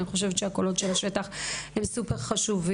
הקול מהשטח הוא מאוד חשוב.